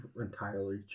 entirely